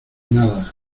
nada